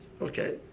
Okay